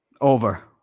Over